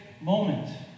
moment